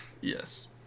Yes